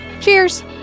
Cheers